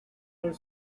are